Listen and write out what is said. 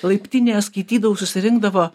laiptinėje skaitydavau susirinkdavo